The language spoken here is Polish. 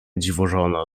dziwożona